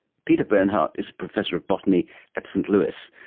peter bernhardt is professor of botany at st louis,